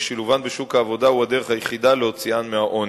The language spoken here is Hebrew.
ששילובן בשוק העבודה הוא הדרך היחידה להוציאן מהעוני.